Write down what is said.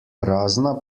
prazna